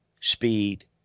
speed